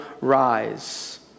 rise